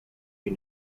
you